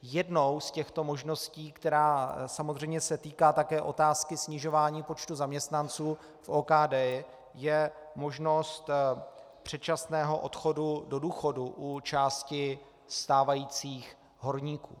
Jednou z těchto možností, která se samozřejmě týká také otázky snižování počtu zaměstnanců v OKD, je možnost předčasného odchodu do důchodu u části stávajících horníků.